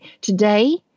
Today